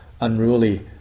unruly